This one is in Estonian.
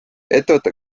ettevõtte